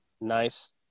Nice